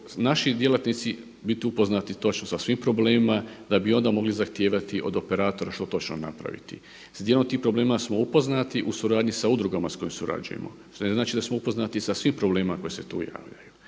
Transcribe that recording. naši djelatnici biti upoznati točno sa svim problemima da bi onda mogli zahtijevati od operatora što točno napraviti. S dijelom tih problema smo upoznati u suradnji sa udrugama s kojima surađujemo. Što ne znači da smo upoznati sa svim problemima koji se tu javljaju.